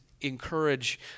encourage